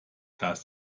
das